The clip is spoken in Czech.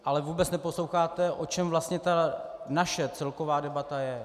Ale vůbec neposloucháte, o čem vlastně naše celková debata je.